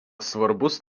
svarbus